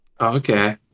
Okay